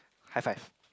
hi five